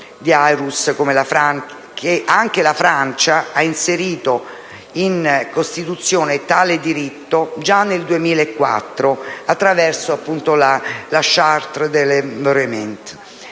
come la Francia abbia inserito in Costituzione tale diritto già nel 2004 attraverso la Charte de l'environnement.